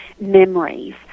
memories